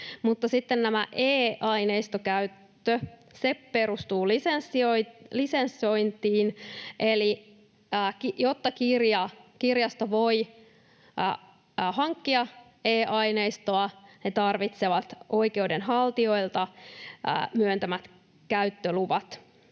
mutta sitten tämä e-aineistokäyttö perustuu lisensointiin, eli jotta kirjastot voivat hankkia e-aineistoa, ne tarvitsevat oikeudenhaltijoilta käyttöluvat.